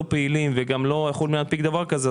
פעילים וגם לא יכולים להנפיק דבר כזה,